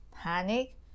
panic